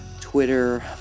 Twitter